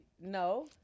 No